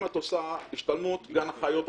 אם את עושה השתלמות בגן החיות התנ"כי,